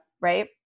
Right